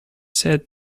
said